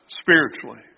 spiritually